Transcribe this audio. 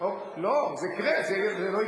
זה לא שייך.